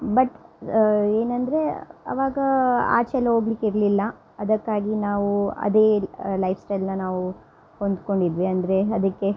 but ಏನಂದರೆ ಅವಾಗ ಆಚೆ ಎಲ್ಲ ಹೋಗಲಿಕ್ಕೆ ಇರಲಿಲ್ಲ ಅದಕ್ಕಾಗಿ ನಾವು ಅದೇ ಲೈಫ್ ಸ್ಟೈಲನ್ನ ನಾವು ಹೊಂದಿಕೊಂಡಿದ್ವಿ ಅಂದರೆ ಅದಕ್ಕೆ